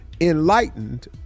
enlightened